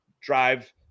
drive